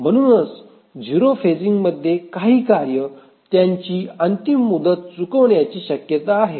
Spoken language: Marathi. पूर्ण म्हणूनच 0 फेजिंग मध्ये काही कार्ये त्यांची अंतिम मुदत चुकवण्याची शक्यता आहे